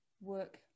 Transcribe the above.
work